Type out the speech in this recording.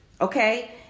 okay